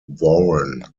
warren